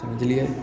समझलिए